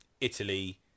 Italy